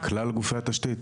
ככל שהיא יקרה,